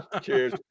cheers